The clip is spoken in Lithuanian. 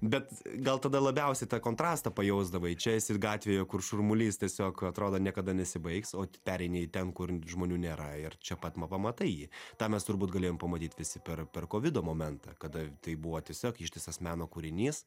bet gal tada labiausiai tą kontrastą pajausdavai čia gatvėje kur šurmulys tiesiog atrodo niekada nesibaigs o pereini į ten kur žmonių nėra ir čia pat pamatai jį tą mes turbūt galėjom pamatyt visi per per kovido momentą kada tai buvo tiesiog ištisas meno kūrinys